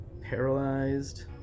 paralyzed